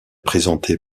présentée